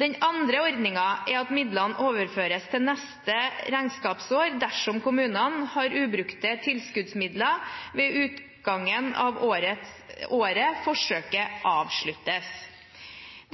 Den andre ordningen er at midlene overføres til neste regnskapsår dersom kommunene har ubrukte tilskuddsmidler ved utgangen av året forsøket avsluttes.